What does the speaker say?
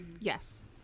yes